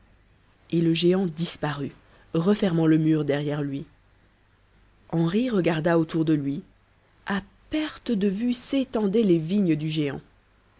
et le géant disparut refermant le mur derrière lui henri regarda autour de lui à perte de vue s'étendaient les vignes du géant